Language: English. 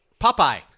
Popeye